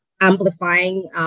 amplifying